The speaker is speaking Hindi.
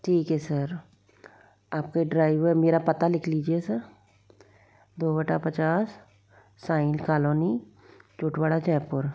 ठीक है सर आपके ड्राइवर मेरा पता लिख लीजिए सर दो बटा पचास साई कॉलोनी जयपुर